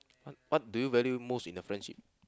what do you value most in a friendship